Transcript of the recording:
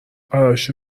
براش